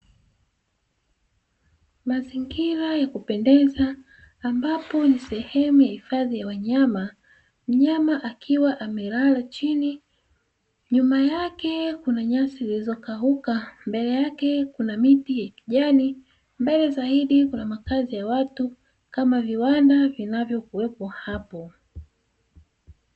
Mazingira ya kupendeza ambapo ni sehemu ya hifadhi ya wanyama. Mnyama akiwa amelala chini; nyuma yake kuna nyasi zilizokauka, mbele yake kuna miti ya kijani, mbele zaidi kuna makazi ya watu kama viwanda vinavyokuwepo hapo.